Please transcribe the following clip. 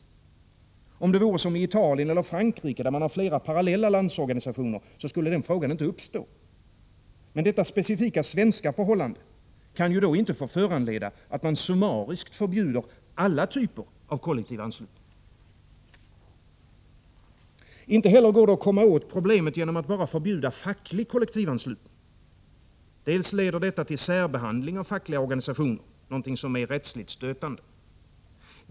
Om det vore som i Italien eller i Frankrike, där man har flera parallella landsorganisationer, skulle den frågan inte uppstå. Men detta specifika svenska förhållande kan ju inte få föranleda att man summariskt förbjuder alla typer av kollektiv anslutning. Inte heller går det att komma åt problemet genom att bara förbjuda facklig kollektivanslutning. Dels leder detta till särbehandling av fackliga organisa tioner, något som är rättsligt stötande.